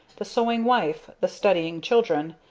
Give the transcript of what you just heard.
the sewing wife, the studying children,